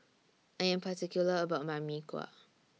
I Am particular about My Mee Kuah